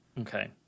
okay